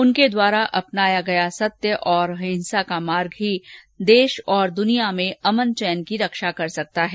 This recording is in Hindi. उनके द्वारा अपनाया गया सत्य और अहिंसा का मार्ग ही देश और दुनिया में अमन चैन की रक्षा कर सकता है